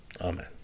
Amen